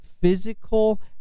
physical